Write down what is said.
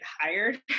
hired